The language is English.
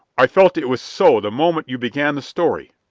i felt it was so the moment you began the story.